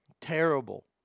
Terrible